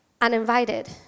uninvited